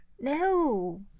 No